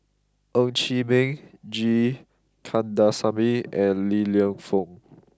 Ng Chee Meng G Kandasamy and Li Lienfung